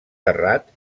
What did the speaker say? terrat